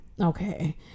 Okay